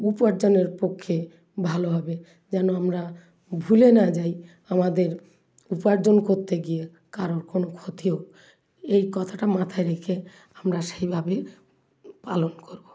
উপার্জনের পক্ষে ভালো হবে যেন আমরা ভুলে না যাই আমাদের উপার্জন করতে গিয়ে কারোর কোনো ক্ষতি হোক এই কথাটা মাথায় রেখে আমরা সেইভাবেই পালন করবো